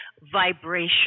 vibration